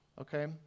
okay